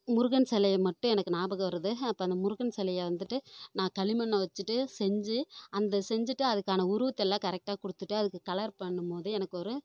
முருகன் சிலைய மட்டும் எனக்கு ஞாபகம் வருது அப்போ அந்த முருகன் சிலைய வந்துட்டு நான் களிமண்ணை வச்சுட்டு செஞ்சு அந்த செஞ்சுட்டு அதுக்கான உருவத்தெல்லாம் கரெக்டாக கொடுத்துட்டு அதுக்கு கலர் பண்ணும் போது எனக்கு ஒரு